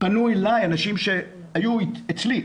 פנו אליי אנשים היו אצלי,